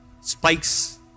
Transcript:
Spikes